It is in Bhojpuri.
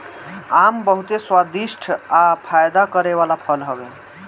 आम बहुते स्वादिष्ठ आ फायदा करे वाला फल हवे